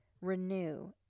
renew